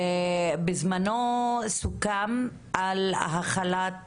בזמנו סוכם על החלת